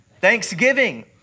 thanksgiving